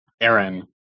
Aaron